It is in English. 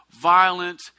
violent